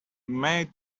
made